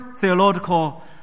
theological